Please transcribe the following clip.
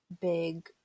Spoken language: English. big